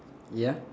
ya